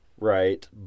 right